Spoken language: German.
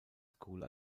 school